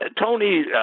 Tony